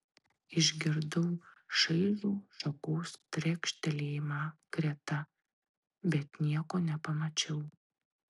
išgirdau šaižų šakos trekštelėjimą greta bet nieko nepamačiau